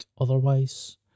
otherwise